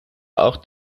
auch